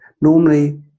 Normally